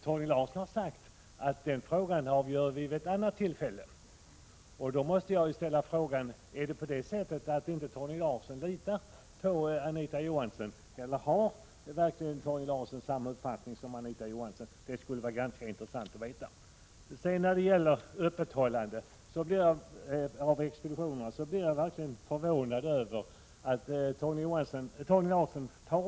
Torgny Larsson däremot säger att kyrka—stat-frågan skall avgöras vid ett annat tillfälle. Litar inte Torgny Larsson på Anita Johansson, eller har han verkligen samma uppfattning som hon? Det vore intressant att få veta. Det förvånar mig verkligen att Torgny Larsson på nytt tar upp frågan om pastorsexpeditionernas öppethållandetider.